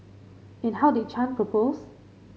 and how did Chan propose